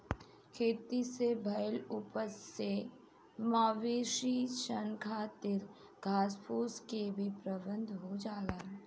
खेती से भईल उपज से मवेशी सन खातिर घास भूसा के भी प्रबंध हो जाला